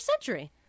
century